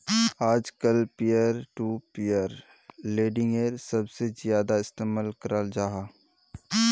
आजकल peer to peer लेंडिंगेर सबसे ज्यादा इस्तेमाल कराल जाहा